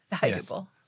valuable